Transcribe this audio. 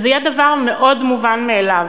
וזה יהיה דבר מאוד מובן מאליו.